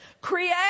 Create